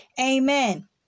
Amen